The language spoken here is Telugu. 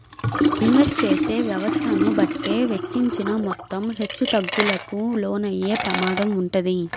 ఇన్వెస్ట్ చేసే వ్యవస్థను బట్టే వెచ్చించిన మొత్తం హెచ్చుతగ్గులకు లోనయ్యే ప్రమాదం వుంటది